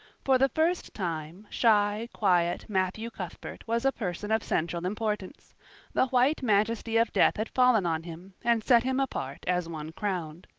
for the first time shy, quiet matthew cuthbert was a person of central importance the white majesty of death had fallen on him and set him apart as one crowned.